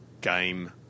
Game